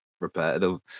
repetitive